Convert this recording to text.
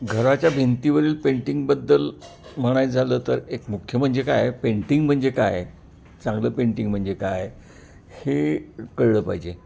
घराच्या भिंतीवरील पेंटिंगबद्दल म्हणायचं झालं तर एक मुख्य म्हणजे काय पेंटिंग म्हणजे काय आहे चांगलं पेंटिंग म्हणजे काय हे कळलं पाहिजे